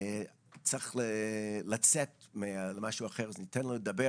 צריך לצאת למקום אחר אז ניתן לו לדבר.